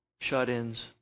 shut-ins